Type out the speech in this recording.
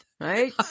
right